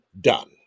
done